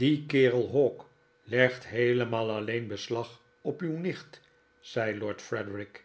die kerel hawk legt heelemaal alleen beslag op uw nicht zei lord frederik